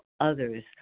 others